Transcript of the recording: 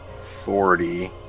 forty